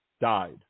died